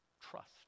trust